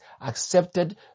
accepted